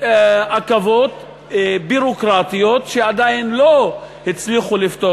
עכבות ביורוקרטיות שעדיין לא הצליחו לפתור.